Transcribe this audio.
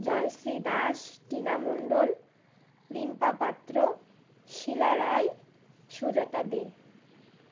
Jayashree Das Tina Mondal Limpa Patra Sheela Roy Sujata দে